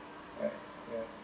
right okay